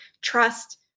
trust